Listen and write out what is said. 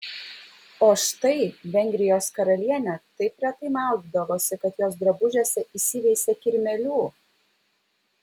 o štai vengrijos karalienė taip retai maudydavosi kad jos drabužiuose įsiveisė kirmėlių